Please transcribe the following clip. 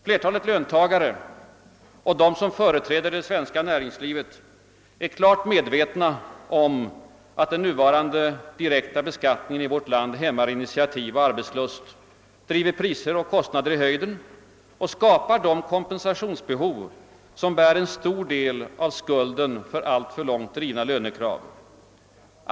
Flertalet löntagare och de som företräder det svenska näringslivet är klart medvetna om att den nuvarande direkta beskattningen i vårt land hämmar initiativ och arbetslust, driver priser och kostnader i höjden och skapar de kompensationsbehov som bär en stor del av skulden för alltför långt drivna lönekrav.